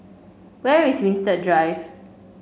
where is Winstedt Drive